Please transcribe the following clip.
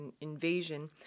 invasion